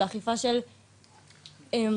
כי כאילו,